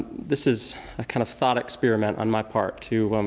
this is a kind of thought experiment on my part to